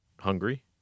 Hungry